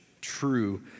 true